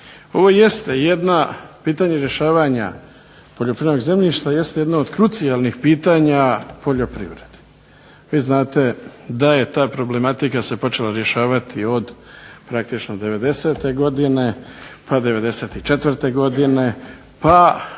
Ovo jeste pitanje jedno pitanje rješavanja poljoprivrednog zemljišta jest jedno od krucijalnih pitanja poljoprivrede. Vi znate da je ta problematika se počela rješavati praktički od '90. godine, pa '94. godine, pa